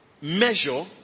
measure